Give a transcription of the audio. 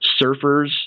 surfers